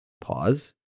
pause